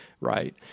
right